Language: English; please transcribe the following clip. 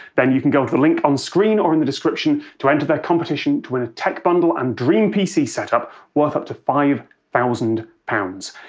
then you can go the link on screen or in the description to enter their competition to win a tech bundle and dream pc setup worth up to five thousand pounds.